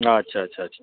अच्छा अच्छा अच्छा अच्छा